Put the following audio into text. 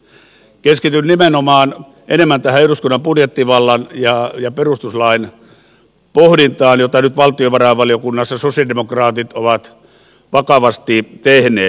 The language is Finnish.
keskityn nimenomaan enemmän tähän eduskunnan budjettivallan ja perustuslain pohdintaan jota nyt valtiovarainvaliokunnassa sosialidemokraatit ovat vakavasti tehneet